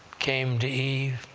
came to eve,